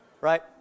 Right